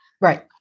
Right